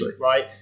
right